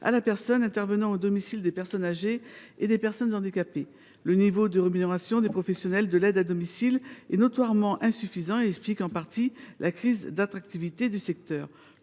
à la personne intervenant au domicile des personnes âgées et des personnes handicapées. Le niveau de rémunération des professionnels de l’aide à domicile est notoirement insuffisant et explique, au moins en partie, la crise d’attractivité du secteur.